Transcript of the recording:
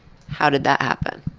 how did that happen?